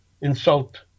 insult